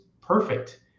perfect